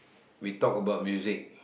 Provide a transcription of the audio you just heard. we talk about music